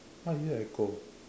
why I hear echo